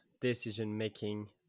decision-making